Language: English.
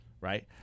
Right